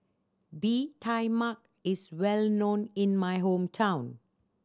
Bee Tai Mak is well known in my hometown